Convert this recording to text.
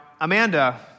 Amanda